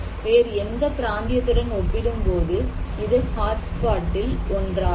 வேறு எந்த பிராந்தியத்துடன் ஒப்பிடும்போது இது ஹாட்ஸ்பாட்டில் ஒன்றாகும்